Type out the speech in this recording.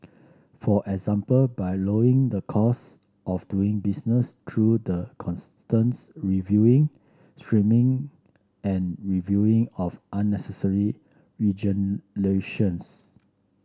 for example by lowering the cost of doing business through the constants reviewing streamlining and reviewing of unnecessary regulations